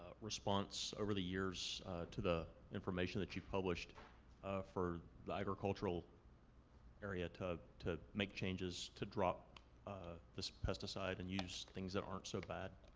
response over the years to the information that you've published for the agricultural area to to make changes to drop ah this pesticide and use things that aren't so bad?